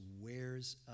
wears